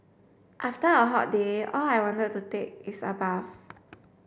after a hot day all I want to take is a bath